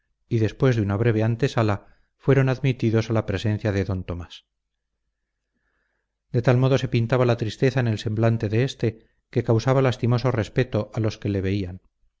y después de una breve antesala fueron admitidos a la presencia de d tomás de tal modo se pintaba la tristeza en el semblante de éste que causaba lastimoso respeto a los que le veían